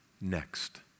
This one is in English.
next